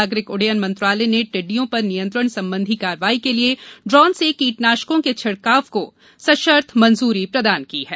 नागरिक उड्डयन मंत्रालय ने टिड्डियों पर नियंत्रण संबंधी कार्रवाई के लिए ड्रोन से कीटनाशकों के छिड़काव को सशर्त मंजूरी प्रदान की है